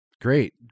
Great